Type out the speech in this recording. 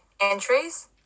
entries